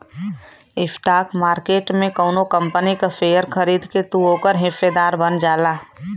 stock market में कउनो company क शेयर खरीद के तू ओकर हिस्सेदार बन जाला